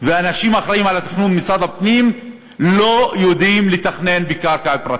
והאנשים האחראים לתכנון במשרד הפנים לא יודעים לתכנן בקרקע פרטית,